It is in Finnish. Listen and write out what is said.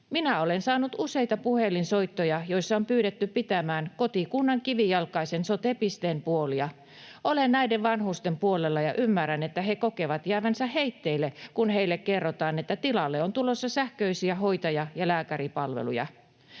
Minä olen saanut useita puhelinsoittoja, joissa on pyydetty pitämään kotikunnan kivijalkaisen sote-pisteen puolia. Olen näiden vanhusten puolella ja ymmärrän, että he kokevat jäävänsä heitteille, kun heille kerrotaan, että tilalle on tulossa sähköisiä hoitaja- ja lääkäripalveluja.